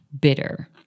bitter